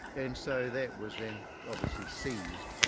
and so that was then obviously seized,